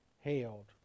held